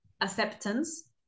acceptance